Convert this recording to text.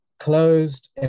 closed